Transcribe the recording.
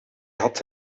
had